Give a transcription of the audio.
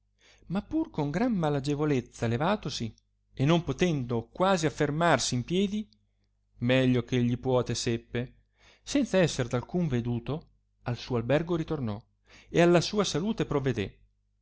ma pur con gran malagevolezza levatosi e non potendo quasi affermarsi in piedi meglio che egli puote e seppe senza esser d alcuno veduto al suo albergo ritornò e alla sua salute provedè